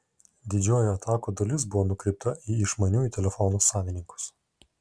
didžioji atakų dalis buvo nukreipta į išmaniųjų telefonų savininkus